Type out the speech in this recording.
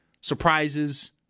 surprises